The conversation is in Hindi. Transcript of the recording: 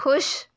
खुश